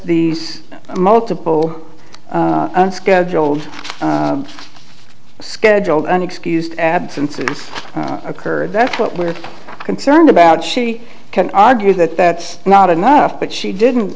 these multiple unscheduled scheduled an excused absence occurred that's what we're concerned about she can argue that that's not enough but she didn't